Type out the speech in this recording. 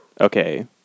Okay